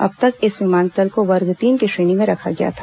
अब तक इन विमानतल को वर्ग तीन की श्रेणी में रखा गया था